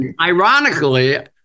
ironically